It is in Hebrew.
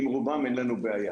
עם רובם אין לנו בעיה,